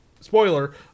spoiler